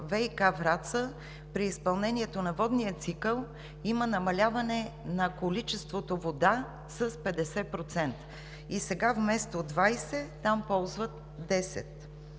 ВиК – Враца, при изпълнението на водния цикъл има намаляване на количеството вода с 50% и сега вместо 20%, там ползват 10.